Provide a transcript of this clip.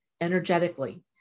energetically